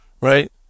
right